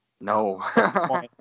No